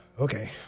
Okay